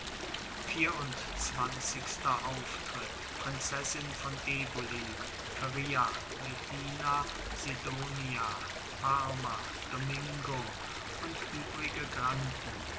vierundzwanzigster auftritt prinzessin von eboli feria medina sidonia parma domingo und übrige granden